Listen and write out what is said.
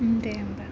दे होमबा